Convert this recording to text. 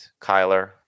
Kyler